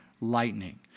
lightning